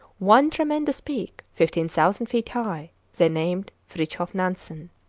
one tremendous peak, fifteen thousand feet high, they named frithjof nansen.